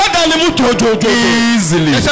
Easily